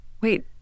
wait